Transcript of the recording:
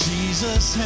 Jesus